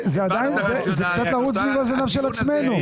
זה קצת לרוץ סביב הזנב של עצמנו.